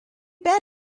bet